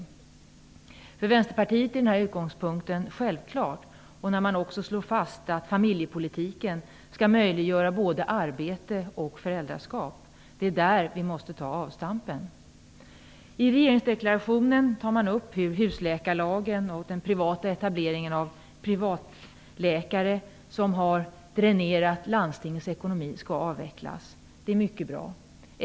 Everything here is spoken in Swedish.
För oss i Vänsterpartiet är den här utgångspunkten självklar. Dessutom slås det fast att familjepolitiken skall möjliggöra både arbete och föräldraskap. Det är där vi måste ha avstampen. I regeringsdeklarationen tar man upp hur husläkarlagen och etableringen av privatläkare, som har dränerat landstingets ekonomi, skall avvecklas. Det är mycket bra.